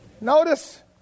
Notice